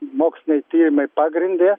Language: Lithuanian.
moksliniai tyrimai pagrindė